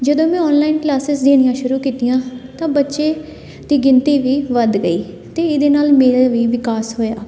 ਜਦੋਂ ਮੈਂ online classes ਦੇਣੀਆਂ ਸ਼ੁਰੂ ਕੀਤੀਆਂ ਤਾਂ ਬੱਚੇ ਦੀ ਗਿਣਤੀ ਵੀ ਵੱਧ ਗਈ ਅਤੇ ਇਹਦੇ ਨਾਲ ਮੇਰਾ ਵੀ ਵਿਕਾਸ ਹੋਇਆ